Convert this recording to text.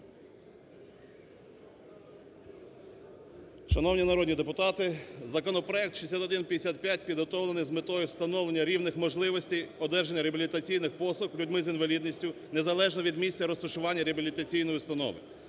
Шановні народні депутати, законопроект 6155 підготовлений з метою встановлення рівних можливостей одержання реабілітаційних послуг людьми з інвалідністю незалежно від місця розташування реабілітаційної установи.